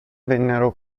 vennero